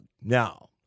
now